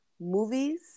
movies